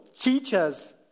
teachers